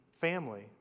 family